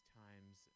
times